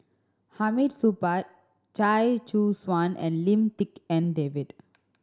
Hamid Supaat Chia Choo Suan and Lim Tik En David